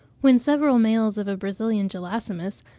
when several males of a brazilian gelasimus,